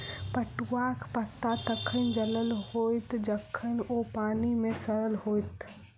पटुआक पता तखन चलल होयत जखन ओ पानि मे सड़ल होयत